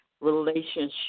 Relationship